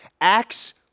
Acts